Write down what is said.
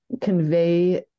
convey